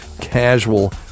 casual